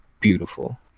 beautiful